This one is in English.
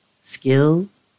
skills